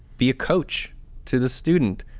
be a coach to the student.